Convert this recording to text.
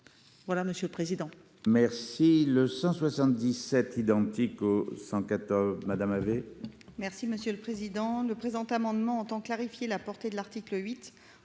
Voilà monsieur le président.